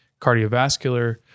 cardiovascular